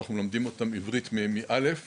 שאנחנו מלמדים אותם עברית מאל"ף,